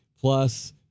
plus